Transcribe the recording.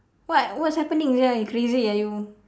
what what's happening sia you crazy ah you